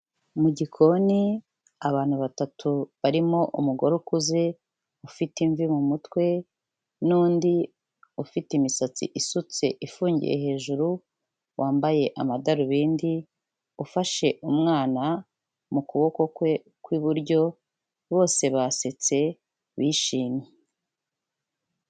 Mu gikoni abantu batatu barimo umugore ukuze ufite imvi mu mutwe n'undi ufite imisatsi isutse ifungiye hejuru, wambaye amadarubindi ufashe umwana mu kuboko kwe kw'iburyo, bose basetse bishimye.